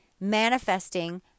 manifesting